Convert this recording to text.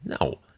no